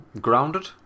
Grounded